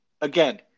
again